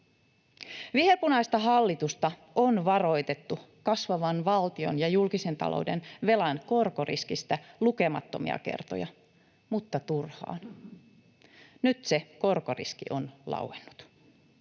Viherpunaista hallitusta on varoitettu kasvavan valtionvelan ja julkisen talouden velan korkoriskistä lukemattomia kertoja, mutta turhaan. Nyt se korkoriski on lauennut.